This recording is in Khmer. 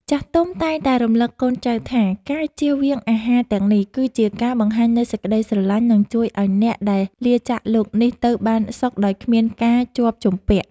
ចាស់ទុំតែងតែរំលឹកកូនចៅថាការជៀសវាងអាហារទាំងនេះ គឺជាការបង្ហាញនូវសេចក្តីស្រឡាញ់ និងជួយឱ្យអ្នកដែលលាចាកលោកនេះ ទៅបានសុខដោយគ្មានការជាប់ជំពាក់។